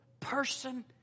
Person